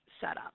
setup